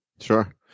sure